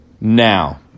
Now